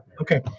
okay